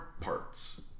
parts